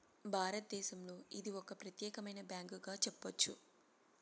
భారతదేశంలో ఇది ఒక ప్రత్యేకమైన బ్యాంకుగా చెప్పొచ్చు